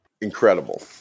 Incredible